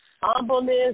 humbleness